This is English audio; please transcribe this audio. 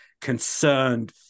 concerned